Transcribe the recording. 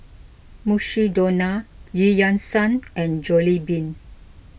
Mukshidonna Eu Yan Sang and Jollibean